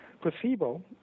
placebo